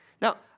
Now